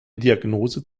diagnose